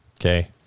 okay